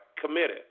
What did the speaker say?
committed